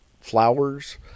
flowers